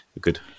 good